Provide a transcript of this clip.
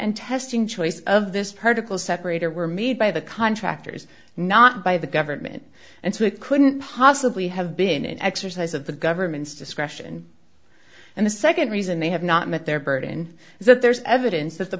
and testing choice of this particle separator were made by the contractors not by the government and so it couldn't possibly have been an exercise of the government's discretion and the nd reason they have not met their burden is that there's evidence